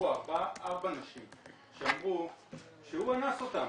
בשבוע הבא 4 נשים שיאמרו שהוא אנס אותן